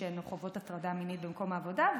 שהן חוות הטרדה מינית במקום העבודה,